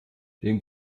dem